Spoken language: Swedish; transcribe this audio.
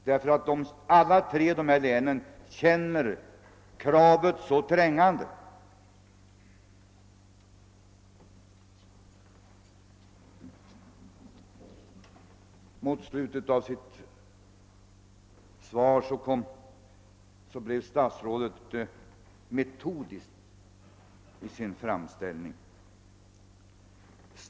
Alla dessa tre län känner nämligen kraven så trängande. Mot slutet av sitt svar blev statsrådet metodisk i sin framställning.